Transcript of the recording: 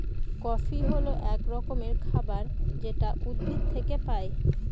coffee হল এক রকমের খাবার যেটা উদ্ভিদ থেকে পায়